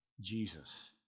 Jesus